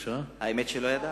האמת היא שלא ידעתי.